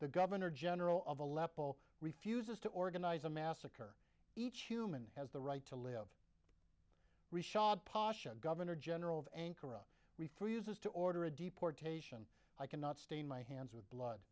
the governor general of aleppo refuses to organize a massacre each human has the right to live reshad pasha governor general of ankara refuses to order a deportation i cannot stain my hands with blood